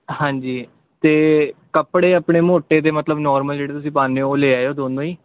ਹਾਂਜੀ ਅਤੇ ਕੱਪੜੇ ਆਪਣੇ ਮੋਟੇ ਅਤੇ ਮਤਲਬ ਨੌਰਮਲ ਜਿਹੜੇ ਤੁਸੀਂ ਪਾਉਂਦੇ ਹੋ ਉਹ ਲੈ ਆਇਓ ਦੋਨੋਂ ਹੀ